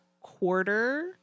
quarter